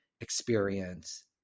experience